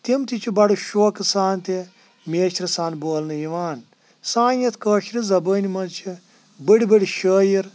تِم تہِ چھِ بَڑٕ شوقہٕ سان تہِ میچھرٕ سان بولنہٕ یِوان سانہِ یَتھ کٔشیٖرِ زبٲنۍ منٛز چھِ بٔڑۍ بٔڑۍ شٲیِر